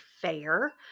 fair